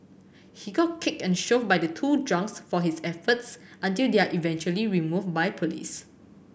he got kicked and shoved by the two drunks for his efforts until they are eventually removed by police